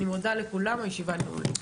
אני מודה לכולם, הישיבה נעולה.